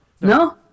no